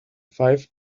five